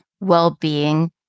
well-being